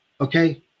Okay